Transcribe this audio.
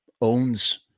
owns